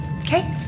Okay